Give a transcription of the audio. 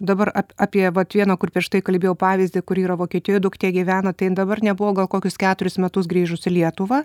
dabar apie vat vieną kur prieš tai kalbėjau pavyzdį kur yra vokietijoj duktė gyvena tai jin dabar nebuvo gal kokius keturis metus grįžus į lietuvą